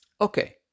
Okay